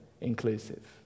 inclusive